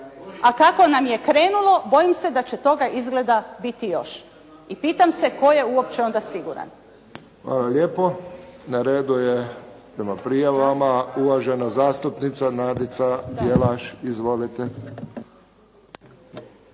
A kako nam je krenulo bojim se da će toga izgleda biti još. I pitam se tko je uopće onda siguran. **Friščić, Josip (HSS)** Hvala lijepo. Na redu je prema prijavama uvažena zastupnica Nadica Jelaš. Izvolite.